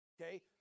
Okay